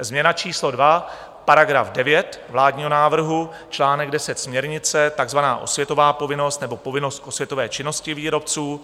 Změna číslo dva, § 9 vládního návrhu, čl. 10 směrnice, takzvaná osvětová povinnost nebo povinnost k osvětové činnosti výrobců.